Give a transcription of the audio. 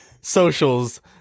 socials